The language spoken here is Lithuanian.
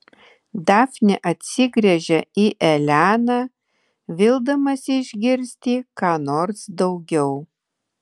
dafnė atsigręžia į eleną vildamasi išgirsti ką nors daugiau